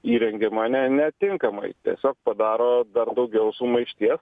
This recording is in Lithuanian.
įrengiama ne netinkamai tiesiog padaro dar daugiau sumaišties